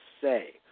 say